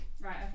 right